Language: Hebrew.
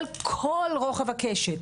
כל כל רוחב הקשת,